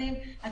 אומר